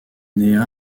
née